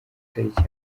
tariki